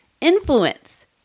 influence